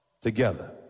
together